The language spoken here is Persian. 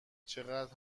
چقدر